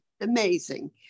amazing